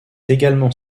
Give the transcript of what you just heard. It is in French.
également